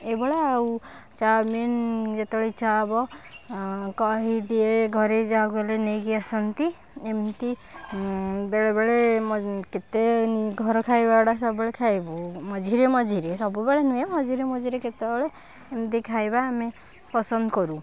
ଏବଳା ଆଉ ଚାଉମିନ ଯେତେବେଳେ ଇଛା ହବ ଆଉ କହିଦିଏ ଘରେ ଯାହାକୁ ହେଲେ ନେଇକି ଆସନ୍ତି ଏମିତି ବେଳେବେଳେ ମ କେତେ ଘର ଖାଇବା ଗୁଡ଼ା ସବୁବେଳେ ଖାଇବୁ ମଝିରେ ମଝିରେ ସବୁବେଳେ ନୁହେଁ ମଝିରେ ମଝିରେ କେତେବେଳେ ଏମତି ଖାଇବା ଆମେ ପସନ୍ଦ କରୁ